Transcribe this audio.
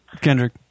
Kendrick